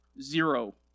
Zero